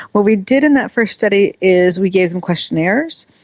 what we did in that first study is we gave them questionnaires,